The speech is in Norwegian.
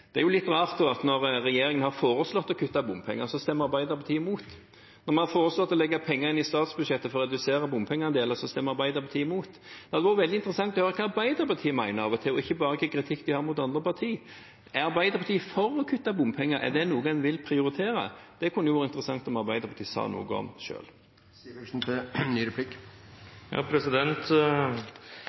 Det er litt rart da at når regjeringen har foreslått å kutte bompenger, stemmer Arbeiderpartiet imot. Når man har foreslått å legge bompenger inn i statsbudsjettet for å redusere bompengeandelen, stemmer Arbeiderpartiet imot. Det hadde vært veldig interessant å høre hva Arbeiderpartiet mener av og til – ikke bare hva slags kritikk de har mot andre partier. Er Arbeiderpartiet for å kutte bompenger? Er det noe en vil prioritere? Det kunne vært interessant om Arbeiderpartiet sa noe om